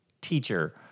teacher